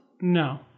No